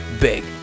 big